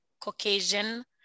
caucasian